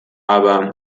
aber